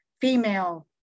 female